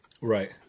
Right